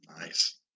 Nice